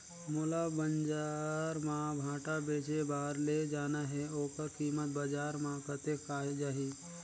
मोला बजार मां भांटा बेचे बार ले जाना हे ओकर कीमत बजार मां कतेक जाही?